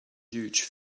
huge